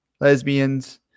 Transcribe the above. lesbians